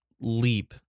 leap